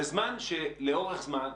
בזמן שלאורך זמן,